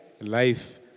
life